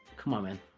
come on man